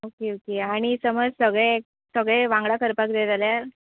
okay okay आणी समज सगळे सगळे वांगडा करपाक जाय जाल्यार